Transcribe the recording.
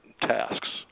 tasks